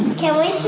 can we